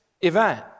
event